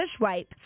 wipe